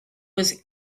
was